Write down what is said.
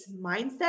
mindset